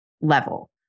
level